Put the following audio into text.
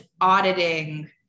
auditing